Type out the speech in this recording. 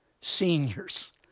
seniors